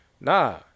Nah